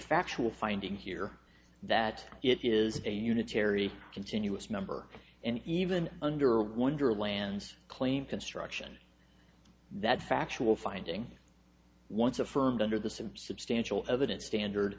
factual finding here that it is a unitary continuous number and even under wonderlands claim construction that factual finding once affirmed under the same substantial evidence standard